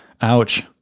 Ouch